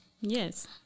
Yes